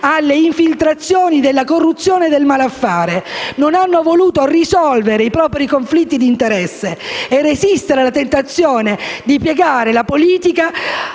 alle infiltrazioni della corruzione e del malaffare e non hanno voluto risolvere i propri conflitti di interesse e resistere alla tentazione di piegare la politica